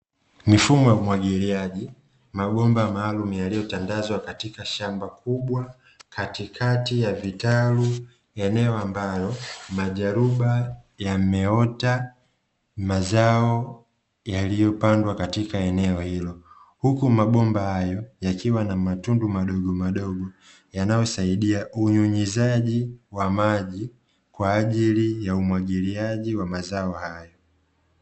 Mifumo ya umwagiliaji, mabomba maalumu yaliyotandazwa katika shamba kubwa katikati ya vitalu; eneo ambalo majaruba yameota mazao yaliyopandwa katika eneo hilo, huku mabomba hayo yakiwa na matundu madogomadogo yanayosaidia unyunyizaji wa maji kwa ajili ya umwagiliaji wa mazao hayo.